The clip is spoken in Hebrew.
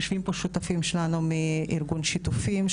יושבים פה שותפים שלנו מארגון שיתופים,